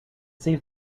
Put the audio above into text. save